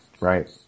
Right